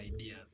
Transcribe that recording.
ideas